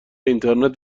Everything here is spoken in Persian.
اینترنت